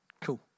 cool